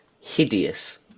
hideous